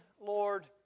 Lord